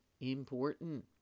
important